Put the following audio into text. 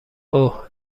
اوه